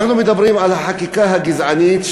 אנחנו מדברים על החקיקה הגזענית,